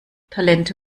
talente